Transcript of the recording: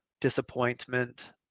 disappointment